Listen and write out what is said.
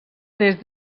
des